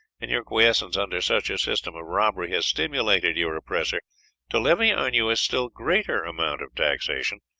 and your quiesence under such a system of robbery has stimulated your oppressor to levy on you a still greater amount of taxation,